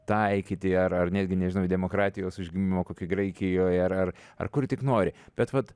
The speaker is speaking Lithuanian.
taikyti ar ar netgi nežinau demokratijos užgimimo kokioj graikijoj ar ar ar kur tik nori bet vat